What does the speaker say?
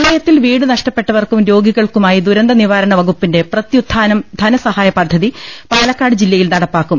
പ്രളയത്തിൽ വീട് നഷ്ടപ്പെട്ടവർക്കും രോഗികൾക്കു മായി ദുരന്ത നിവാരണ വകുപ്പിന്റെ പ്രത്യുത്ഥാനം ധനസഹായ പദ്ധതി പാലക്കാട് ജില്ലയിൽ നടപ്പാക്കും